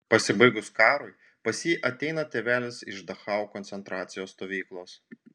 pasibaigus karui pas jį ateina tėvelis iš dachau koncentracijos stovyklos